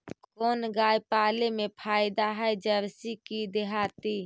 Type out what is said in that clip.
कोन गाय पाले मे फायदा है जरसी कि देहाती?